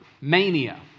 mania